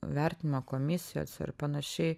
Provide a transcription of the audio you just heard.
vertinimo komisijose ir panašiai